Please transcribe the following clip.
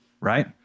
right